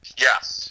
Yes